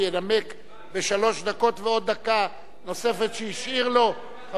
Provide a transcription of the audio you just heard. בשלוש דקות ועוד דקה נוספת שהשאיר לו חבר הכנסת מולה.